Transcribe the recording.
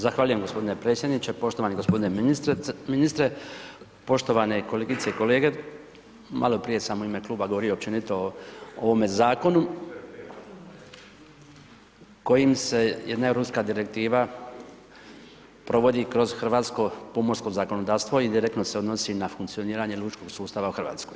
Zahvaljujem gospodine predsjedniče, poštovani gospodine ministre, poštovane kolegice i kolege, maloprije sam u ime Kluba govorio općenito o ovome zakonu kojim se jedna europska direktiva provodi kroz hrvatsko pomorsko zakonodavstvo i direktno se odnosi na funkcioniranje lučkog sustava u Hrvatskoj.